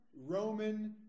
Roman